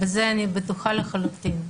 בזה אני בטוחה לחלוטין.